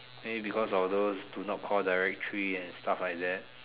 maybe because of those do not call directory and stuff like that